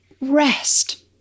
rest